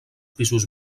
pisos